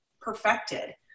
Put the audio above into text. perfected